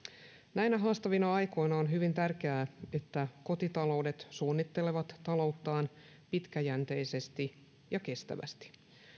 näinä haastavina aikoina on hyvin tärkeää että kotitaloudet suunnittelevat talouttaan pitkäjänteisesti ja kestävästi